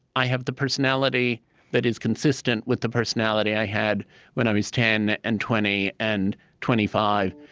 i have the personality that is consistent with the personality i had when i was ten and twenty and twenty five,